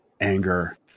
anger